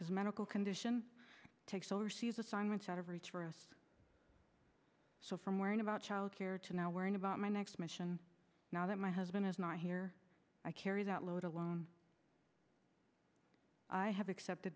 his medical condition takes overseas assignments out of reach for us so from where in about childcare to now worrying about my next mission now that my husband is not here i carry that load alone i have accepted